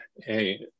hey